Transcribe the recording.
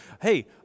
Hey